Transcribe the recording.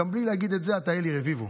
גם בלי להגיד את זה, אתה, אלי רביבו,